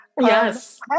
yes